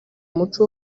umuco